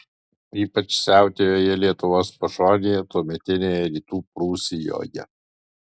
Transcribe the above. ypač siautėjo jie lietuvos pašonėje tuometinėje rytų prūsijoje